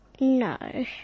No